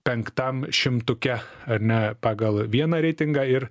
penktam šimtuke ar ne pagal vieną reitingą ir